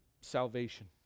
salvation